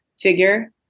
figure